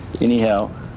Anyhow